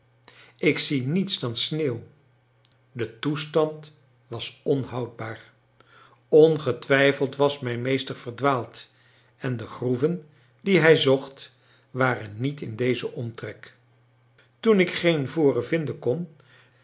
ik zie niets dan sneeuw de toestand was onhoudbaar ongetwijfeld was mijn meester verdwaald en de groeven die hij zocht waren niet in dezen omtrek toen ik geen voren vinden kon